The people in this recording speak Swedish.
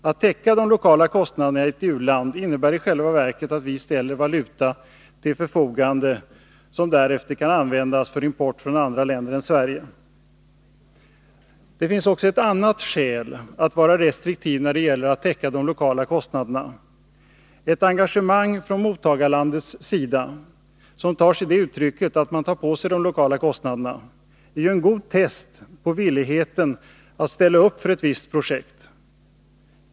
Att täcka de lokala kostnaderna i ett u-land innebär i själva verket att ställa valuta till förfogande, som därefter kan användas för import från andra länder än Sverige. Det finns också ett annat skäl att vara restriktiv när det gäller att täcka de lokala kostnaderna. Ett engagemang från mottagarlandets sida, som tar sig det uttrycket att man tar på sig de lokala kostnaderna, är ju en god test på villigheten att ställa upp för ett visst projekt.